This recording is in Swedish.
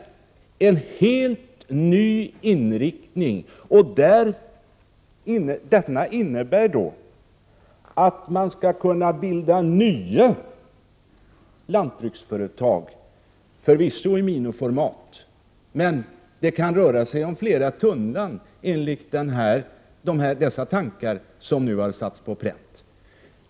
Det är en helt ny inriktning, som innebär att man skall kunna bilda nya lantbruksföretag. De blir förvisso i miniformat, men det kan röra sig om flera tunnland enligt dessa lantmäteriverkets tankar som nu har satts på pränt.